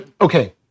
okay